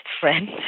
friend